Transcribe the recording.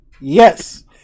Yes